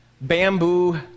bamboo